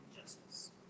justice